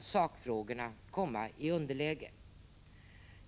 sakfrågorna ibland komma i underläge.